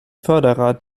förderer